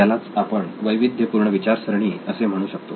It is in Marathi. यालाच आपण वैविध्यपूर्ण विचारसरणी असे म्हणू शकतो